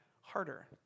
harder